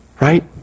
Right